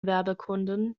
werbekunden